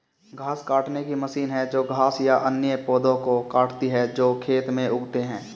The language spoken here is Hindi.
घास काटने की मशीन है जो घास या अन्य पौधों को काटती है जो खेत में उगते हैं